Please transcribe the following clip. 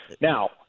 Now